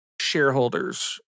shareholders